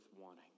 wanting